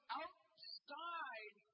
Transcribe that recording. outside